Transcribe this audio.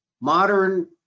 modern